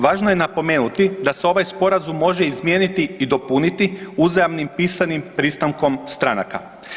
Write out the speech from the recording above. Važno je napomenuti da se ovaj Sporazum može izmijeniti i dopuniti uzajamnim pisanim pristankom stanaka.